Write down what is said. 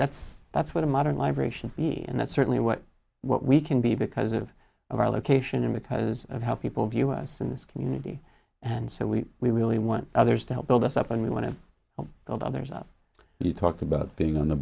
that's that's what a modern libration be and that's certainly what what we can be because of of our location and because of how people view us in this community and so we we really want others to help build us up and we want to build others up you talked about being on the